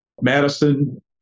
Madison